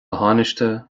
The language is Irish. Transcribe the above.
thánaiste